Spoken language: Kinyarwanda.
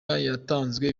hatanzwe